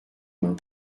mains